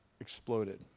exploded